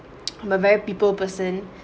I'm a very people person